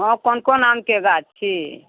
हँ कोन कोन आमके गाछ छी